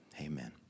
Amen